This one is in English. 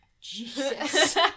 Jesus